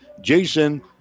Jason